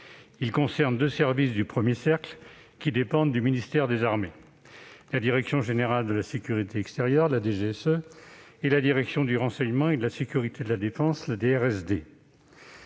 Il concerne deux services du premier cercle, qui dépendent du ministère des armées : la direction générale de la sécurité extérieure (DGSE) et la direction du renseignement et de la sécurité de la défense (DRSD).